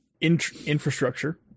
infrastructure